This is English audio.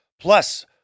Plus